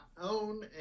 own